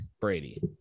Brady